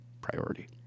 priority